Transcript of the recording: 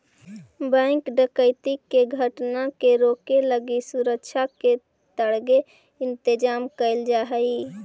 bank डकैती के घटना के रोके लगी सुरक्षा के तगड़े इंतजाम कैल जा हइ